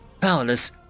Powerless